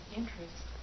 interest